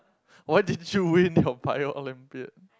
why didn't you win your bio Olympiad